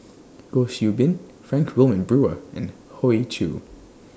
Goh Qiu Bin Frank Wilmin Brewer and Hoey Choo